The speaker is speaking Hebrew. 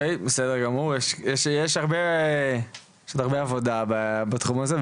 יש הרבה עבודה בתחום הזה,